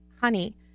honey